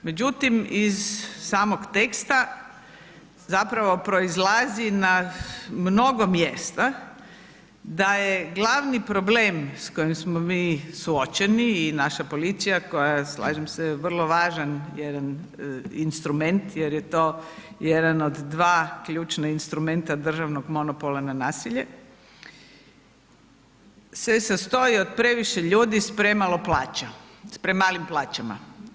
Međutim, iz samog teksta zapravo proizlazi na mnogo mjesta da je glavni problem s kojim smo mi suočeni i naša policija koja je slažem se vrlo važan jedan instrument jer je to jedan od dva ključna instrumenta državnog monopola na nasilje se sastoji od previše ljudi sa premalo plaća, sa premalim plaćama.